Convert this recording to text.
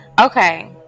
Okay